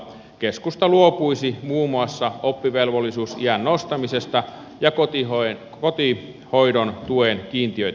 keskusta luopuisi muun muassa oppivelvollisuusiän nostamisesta ja kotihoidon tuen kiintiöittämisestä